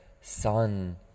sun